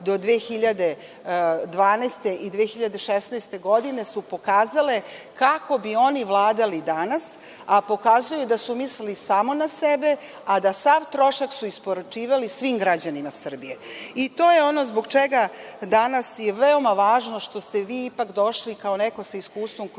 do 2012. godine i 2016. godine su pokazale kako bi oni vladali danas, a pokazuju da su mislili samo na sebe, a da su sav trošak isporučivali svim građanima Srbije. To je ono zbog čega danas je veoma važno što ste vi došli kao neko sa iskustvom